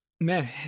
man